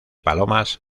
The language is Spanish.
palomas